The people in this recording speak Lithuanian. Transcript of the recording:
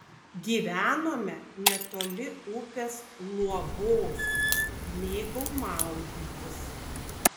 gyvenome netoli upės luobos mėgau maudytis